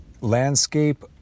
Landscape